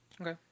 Okay